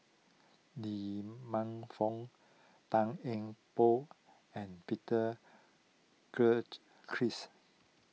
Lee Man Fong Tan Eng Bock and Peter Gilchrist